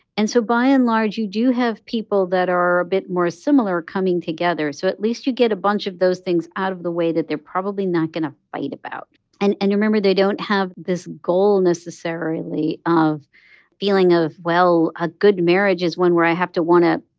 and so by and large, you do have people that are a bit more similar coming together. so at least you get a bunch of those things out of the way that they're probably not going to fight about and and, remember, they don't have this goal necessarily of feeling of, well, a good marriage is one where i have to want to,